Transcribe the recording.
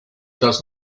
does